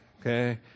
Okay